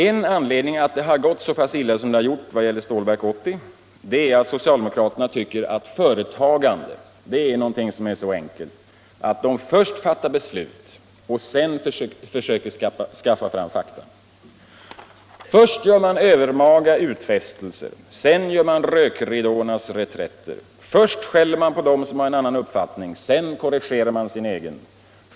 En anledning till att det gått så pass illa som det gjort när det gäller Stålverk 80 är att socialdemokraterna tycker att företagande är någonting så enkelt att man först kan fatta beslut och sedan försöka skaffa fram fakta. Först gör man övermaga utfästelser, sedan gör man reträtter i rökridåer. Först skäller man på dem som har en annan uppfattning, sedan korrigerar man sin egen.